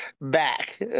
back